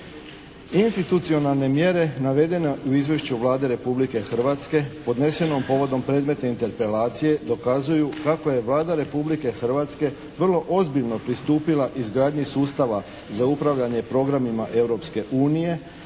Institucionalne mjere navedene u izvješću Vlade Republike Hrvatske podnesenom povodom predmetne interpelacije dokazuju kako je Vlada Republike Hrvatske vrlo ozbiljno pristupila izgradnji sustava za upravljanje programima Europske unije